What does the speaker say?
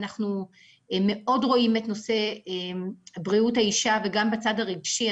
אנחנו מאוד רואים את נושא בריאות האישה וגם בצד הרגשי,